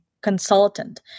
consultant